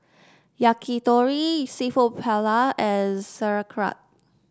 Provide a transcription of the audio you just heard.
Yakitori seafood Paella and Sauerkraut